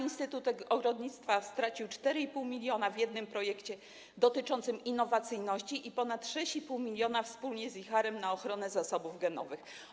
Instytut Ogrodnictwa stracił 4,5 mln w jednym projekcie dotyczącym innowacyjności i ponad 6,5 mln wspólnie z IHAR-em na ochronę zasobów genowych.